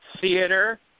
theater